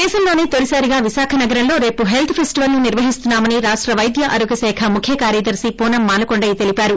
దేశంలోసే తొలిసారిగా విశాఖ నగరంలో రేపు హెల్త్ ఫెస్టివల్ ను నిర్వహిస్తున్నా మని రాష్ట వైద్య ఆరోగ్య శాఖ ముఖ్యకార్యదర్తి పూనం మాలకొండయ్య తెలిపారు